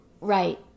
right